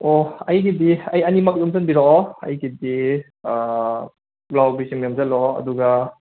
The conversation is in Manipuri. ꯑꯣꯍ ꯑꯩꯒꯤꯗꯤ ꯑꯩ ꯑꯅꯤꯃꯛ ꯌꯣꯝꯁꯟꯕꯤꯔꯛꯑꯣ ꯑꯩꯒꯤꯗꯤ ꯄꯨꯛꯂꯥꯎꯕꯤꯁꯤꯃ ꯌꯣꯝꯖꯜꯂꯣ ꯑꯗꯨꯒ